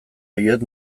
horiek